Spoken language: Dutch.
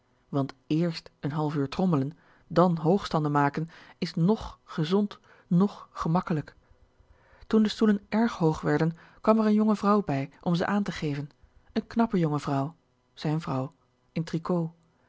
want éérst n half uur trommlen dan hoogstanden maken is noch gezond noch gemakkelijk toen de stoelen èrg hoog werden kwam er een jonge vrouw bij om ze aan te geven een knappe jonge vrouw zijn vrouw in tricot